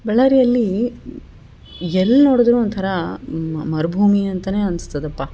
ಬಳ್ಳಾರಿಯಲ್ಲಿ ಎಲ್ಲಿ ನೋಡಿದ್ರು ಒಂಥರ ಮರುಭೂಮಿ ಅಂತ ಅನಿಸ್ತದಪ್ಪ